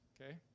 okay